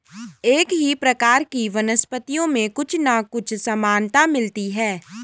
एक ही प्रकार की वनस्पतियों में कुछ ना कुछ समानता मिलती है